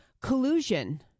Collusion